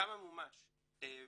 כמה מומש ב-2017?